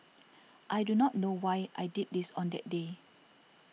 I do not know why I did this on that day